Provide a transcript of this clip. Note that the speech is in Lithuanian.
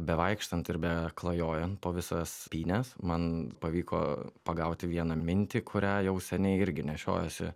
bevaikštant ir beklajojant po visas pynes man pavyko pagauti vieną mintį kurią jau seniai irgi nešiojuosi